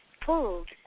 pulled